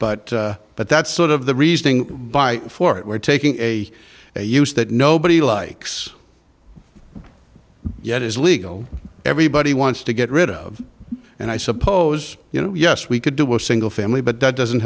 but but that's sort of the reasoning by for it we're taking a a use that nobody likes yet is legal everybody wants to get rid of and i suppose you know yes we could do a single family but that doesn't